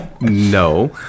No